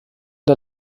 der